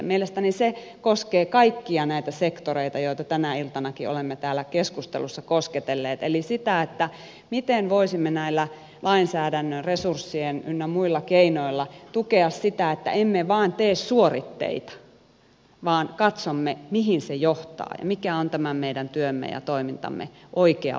mielestäni se koskee kaikkia näitä sektoreita joita tänäkin iltana olemme täällä keskustelussa kosketelleet eli sitä miten voisimme näillä lainsäädännön resurssien ynnä muilla keinoilla tukea sitä että emme vain tee suoritteita vaan katsomme mihin se johtaa ja mikä on tämän meidän työmme ja toimintamme oikea vaikuttavuus